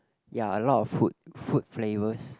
ya a lot of food fruit flavors